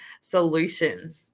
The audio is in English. solution